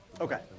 Okay